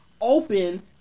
open